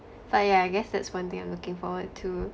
but yeah I guess that's one thing I'm looking forward to